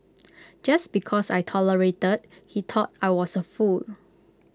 just because I tolerated he thought I was A fool